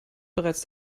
bereits